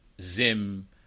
zim